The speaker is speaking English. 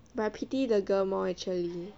but I pity the girl more actually